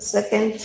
Second